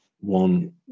one